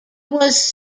was